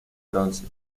bronce